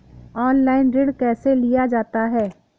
Online ऋण कैसे लिया जाता है?